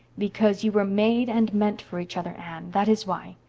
because you were made and meant for each other, anne that is why.